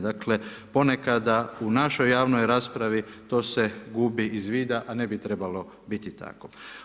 Dakle, ponekada u našoj javnoj raspravi to se gubi iz vida, a ne bi trebalo biti tako.